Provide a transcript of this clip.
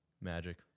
Magic